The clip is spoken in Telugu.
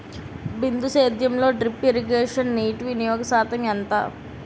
బిందు సేద్యంలో డ్రిప్ ఇరగేషన్ నీటివినియోగ శాతం ఎంత?